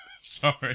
Sorry